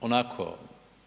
onako